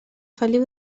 feliu